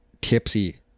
tipsy